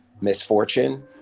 misfortune